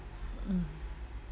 mm